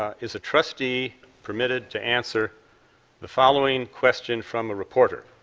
ah is a trustee permitted to answer the following question from a reporter?